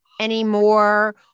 anymore